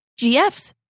GFs